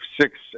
six